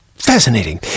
Fascinating